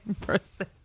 person